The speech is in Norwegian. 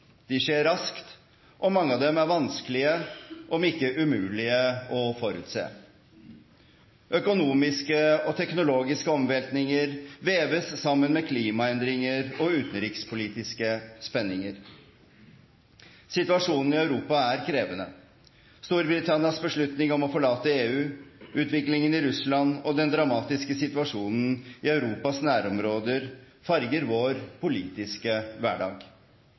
de skjer raskt, og mange av dem er vanskelige, om ikke umulige, å forutse. Økonomiske og teknologiske omveltninger veves sammen med klimaendringer og utenrikspolitiske spenninger. Situasjonen i Europa er krevende. Storbritannias beslutning om å forlate EU, utviklingen i Russland og den dramatiske situasjonen i Europas nærområder farger vår politiske hverdag.